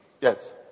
Yes